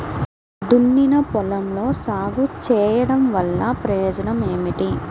దున్నిన పొలంలో సాగు చేయడం వల్ల ప్రయోజనం ఏమిటి?